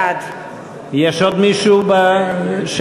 בעד יש עוד מישהו שם?